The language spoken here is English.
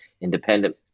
independent